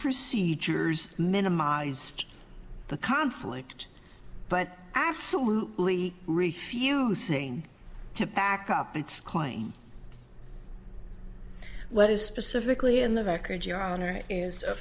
procedures minimized the conflict but absolutely refusing to back up its claim what is specifically in the record your honor is